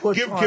Give